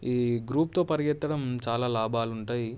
ఈ గ్రూప్తో పరిగెత్తడం చాలా లాభాలు ఉంటాయి